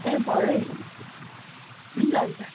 ए भरे हुन्छ हुन्छ